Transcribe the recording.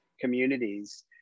communities